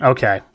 Okay